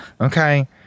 Okay